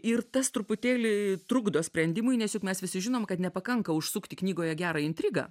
ir tas truputėlį trukdo sprendimui nes juk mes visi žinom kad nepakanka užsukti knygoje gerą intrigą